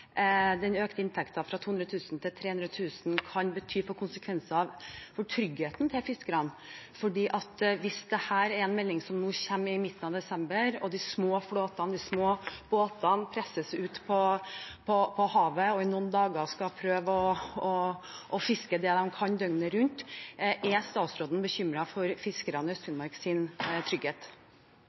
den økte inntekten – fra 200 000 kr til 300 000 kr – kan bety av konsekvenser for tryggheten til fiskerne? Hvis dette er en melding som kommer i midten av desember, kan de små båtene presses ut på havet for i løpet av noen dager å fiske det de kan – døgnet rundt. Er statsråden bekymret for tryggheten til fiskerne i